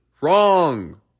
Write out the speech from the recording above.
wrong